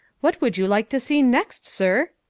what would you like to see next, sir?